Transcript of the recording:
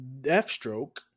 Deathstroke